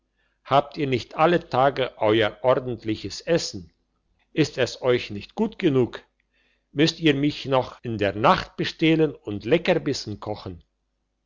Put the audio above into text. habt ihr nicht alle tage euer ordentliches essen ist es euch nicht gut genug müsst ihr mich noch in der nacht bestehlen und leckerbissen kochen